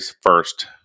first